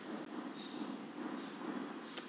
ಝೈಧ್ ಋತುವಿನಲ್ಲಿ ಸಾಮಾನ್ಯವಾಗಿ ಬೆಳೆಯುವ ಹಣ್ಣುಗಳು ಯಾವುವು?